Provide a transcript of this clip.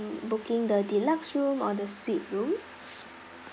booking the deluxe room or the suite room